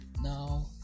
now